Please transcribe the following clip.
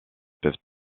peuvent